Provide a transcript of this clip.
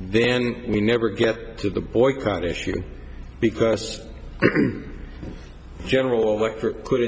then we never get to the boycott issue because general over could